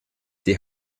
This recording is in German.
die